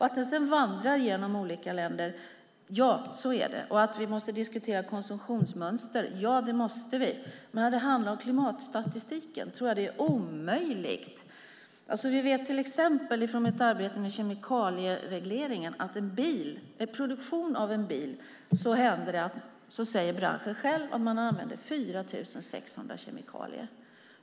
Att den sedan vandrar genom olika länder, ja, så är det, och att vi måste diskutera konsumtionsmönster, ja, det måste vi, men när det handlar om klimatstatistiken tror jag att det är omöjligt. Från mitt arbete med kemikalieregleringen vet jag att vid produktionen av till exempel en bil säger branschen själv att man har använt 4 600 kemikalier.